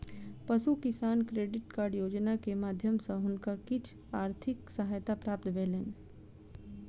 पशु किसान credit card योजना के माध्यम सॅ हुनका किछ आर्थिक सहायता प्राप्त भेलैन